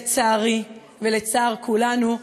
לצערי ולצער כולנו,